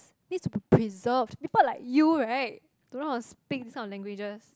needs to be preserved people like you right don't know how to speak this kind of languages